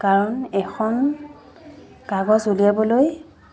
কাৰণ এখন কাগজ উলিয়াবলৈ